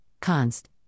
const